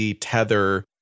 Tether